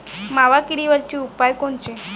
मावा किडीवरचे उपाव कोनचे?